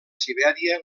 sibèria